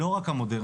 לא רק המודרניות,